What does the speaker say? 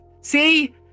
see